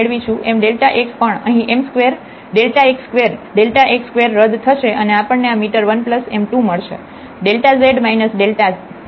એમ xપણ અહીં એમ સ્ક્વેર xસ્ક્વેર xસ્ક્વેર રદ થશે અને આપણને આ મીટર 1 એમ 2 મળશે